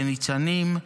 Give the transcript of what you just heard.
בניצנים,